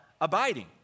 abiding